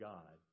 God